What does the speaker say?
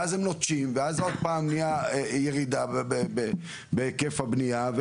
ואז הם נוטשים ואז עוד פעם נהיית ירידה בהיקף הבניה,